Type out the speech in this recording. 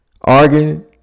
arguing